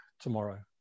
tomorrow